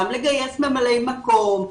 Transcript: גם לגייס ממלאי מקום,